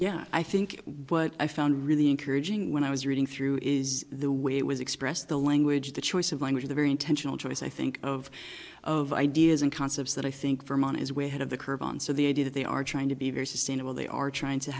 yeah i think what i found really encouraging when i was reading through is the way it was expressed the language the choice of language is a very intentional choice i think of of ideas and concepts that i think from on is way ahead of the curve and so the idea that they are trying to be very sustainable they are trying to